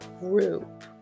group